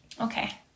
Okay